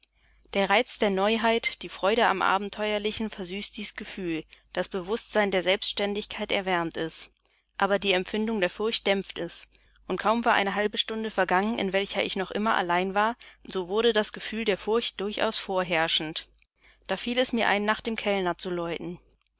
der reiz der neuheit die freude am abenteuerlichen versüßt dies gefühl das bewußtsein der selbständigkeit erwärmt es aber die empfindung der furcht dämpft es und kaum war eine halbe stunde vergangen in welcher ich noch immer allein war so wurde das gefühl der furcht durchaus vorherrschend da fiel es mir ein dem kellner zu läuten